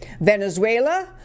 Venezuela